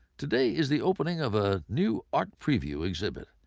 today is the opening of a new art preview exhibit.